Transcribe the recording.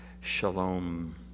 shalom